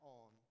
on